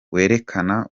werekana